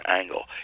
angle